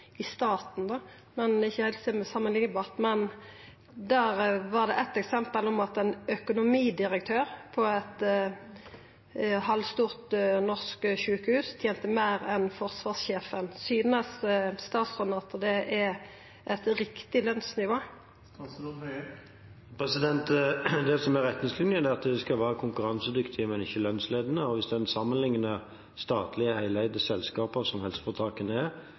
i staten. Det er ikkje heilt samanliknbart, men der var det eit eksempel om at ein økonomidirektør på eit halvstort norsk sjukehus tente meir enn forsvarssjefen. Synest statsråden det er eit riktig lønsnivå? Det som er retningslinjene, er at lønningene skal være konkurransedyktige, men ikke lønnsledende, og hvis en sammenligner statlige, heleide selskaper – som helseforetakene er,